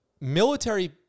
military